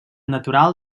natural